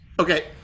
Okay